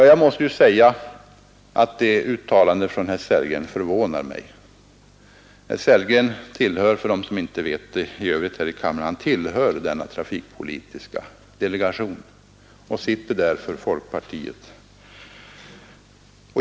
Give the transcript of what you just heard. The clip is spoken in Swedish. Jag måste säga att det uttalandet från herr Sellgren förvånar mig. För dem i riksdagen som inte vet det vill jag tala om att herr Sellgren tillhör denna trafikpolitiska delegation som representant för folkpartiet.